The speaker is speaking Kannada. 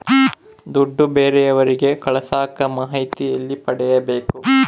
ದುಡ್ಡು ಬೇರೆಯವರಿಗೆ ಕಳಸಾಕ ಮಾಹಿತಿ ಎಲ್ಲಿ ಪಡೆಯಬೇಕು?